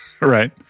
Right